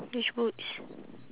which boots